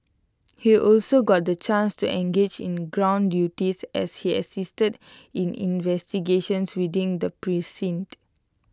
he also got the chance to engage in ground duties as he assisted in investigations within the precinct